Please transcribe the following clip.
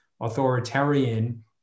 authoritarian